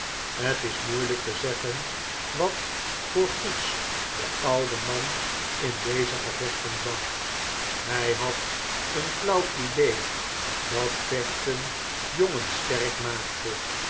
het is moeilijk te zeggen wat voor goeds de oude man in deze gevechten zag hij had een flauw idee dat vechten jongens sterk maakte